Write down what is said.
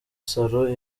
salon